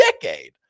decade